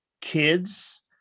kids